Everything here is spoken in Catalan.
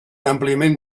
àmpliament